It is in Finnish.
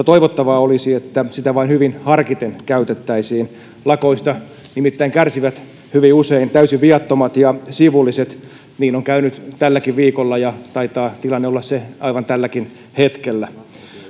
toivottavaa olisi että sitä vain hyvin harkiten käytettäisiin lakoista nimittäin kärsivät hyvin usein täysin viattomat ja sivulliset niin on käynyt tälläkin viikolla ja se taitaa olla tilanne aivan tälläkin hetkellä